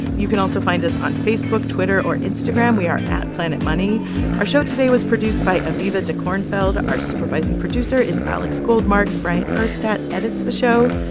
you can also find us on facebook, twitter or instagram. we are at planetmoney our show today was produced by aviva dekornfeld, our supervising producer is alex goldmark. bryant urstadt edits the show.